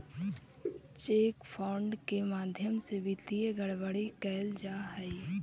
cheque fraud के माध्यम से वित्तीय गड़बड़ी कैल जा हइ